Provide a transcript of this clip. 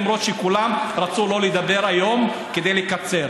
למרות שכולם רצו לא לדבר היום כדי לקצר.